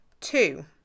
Two